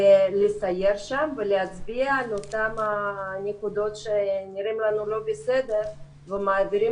לסייר שם ולהצביע על אותן נקודות שנראות לנו לא בסדר ומעבירים